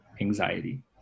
anxiety